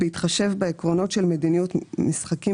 "בהתחשב בעקרונות של מדיניות "משחקים